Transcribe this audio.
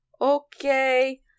okay